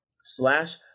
slash